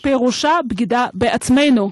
פירושה בגידה בעצמנו.